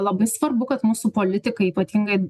labai svarbu kad mūsų politikai ypatingai